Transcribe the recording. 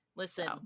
listen